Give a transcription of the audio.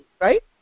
right